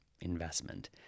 investment